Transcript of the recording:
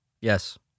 Yes